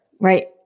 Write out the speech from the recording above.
right